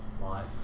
life